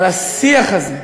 אבל השיח הזה,